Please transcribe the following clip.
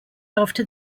after